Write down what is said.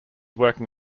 working